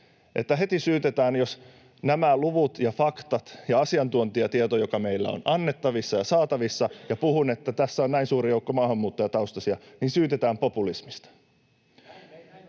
Että heti syytetään, jos tuo nämä luvut ja faktat ja asiantuntijatiedon, joka meillä on annettavissa ja saatavissa, ja puhun, että tässä on näin suuri joukko maahanmuuttajataustaisia. Syytetään populismista.